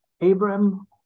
Abraham